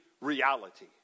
reality